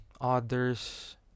others